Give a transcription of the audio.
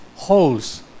holes